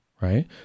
right